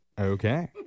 Okay